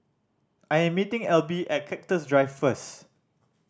I am meeting Elby at Cactus Drive first